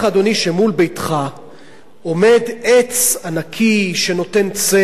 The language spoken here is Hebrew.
שמול ביתך עומד עץ ענקי שנותן צל,